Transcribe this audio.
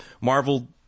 Marvel